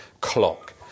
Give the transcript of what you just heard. clock